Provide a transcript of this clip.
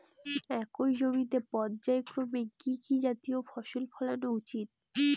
একই জমিতে পর্যায়ক্রমে কি কি জাতীয় ফসল ফলানো উচিৎ?